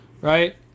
right